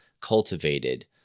cultivated